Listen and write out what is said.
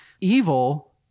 Evil